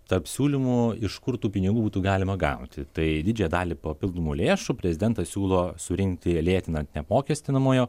tarp siūlymų iš kur tų pinigų būtų galima gauti tai didžiąją dalį papildomų lėšų prezidentas siūlo surinkti lėtinant neapmokestinamojo